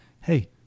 Hey